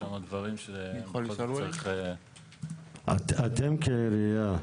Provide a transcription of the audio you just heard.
יש שם דברים שצריך --- אתם כעירייה,